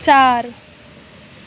چار